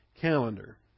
calendar